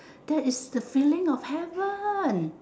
that is the feeling of heaven